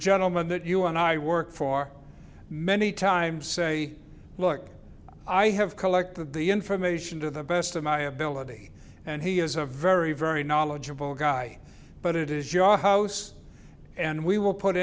gentleman that you and i work for many times say look i have collected the information to the best of my ability and he is a very very knowledgeable guy but it is your house and we will put